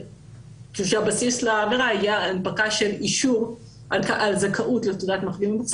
שהבסיס להנפקה תהיה ההנפקה של אישור על זכאות לתעודת מחלים,